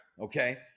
Okay